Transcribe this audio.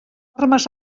armes